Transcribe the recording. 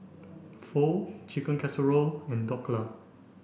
Pho Chicken Casserole and Dhokla